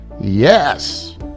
yes